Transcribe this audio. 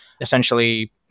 essentially